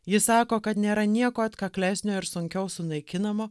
ji sako kad nėra nieko atkaklesnio ir sunkiau sunaikinamo